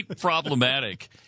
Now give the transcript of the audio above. problematic